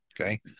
okay